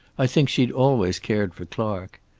i think she'd always cared for clark.